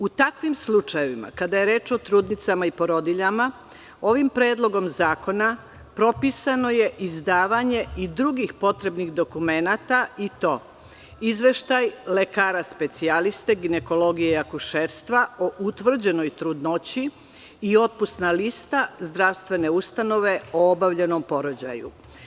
U takvim slučajevima kada je reč o trudnicama i porodiljama ovim Predlogom zakona propisano je izdavanje i drugih potrebnih dokumenata i to izveštaj lekara specijaliste ginekologije i akušerstva o utvrđenoj trudnoći i otpusna lista zdravstvene ustanove o obavljenom porođaju.